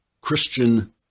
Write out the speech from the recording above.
Christian